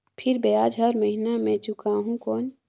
फिर ब्याज हर महीना मे चुकाहू कौन?